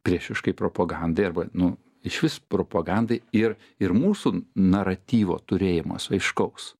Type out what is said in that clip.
priešiškai propagandai arba nu išvis propagandai ir ir mūsų naratyvo turėjimas aiškaus